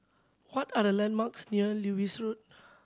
what are the landmarks near Lewis Road